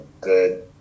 good